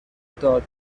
داد